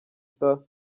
star